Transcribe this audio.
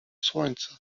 słońca